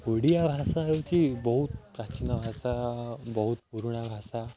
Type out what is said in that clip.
ଓଡ଼ିଆ ଭାଷା ହେଉଛି ବହୁତ ପ୍ରାଚୀନ ଭାଷା ବହୁତ ପୁରୁଣା ଭାଷା